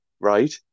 right